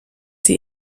sie